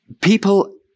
people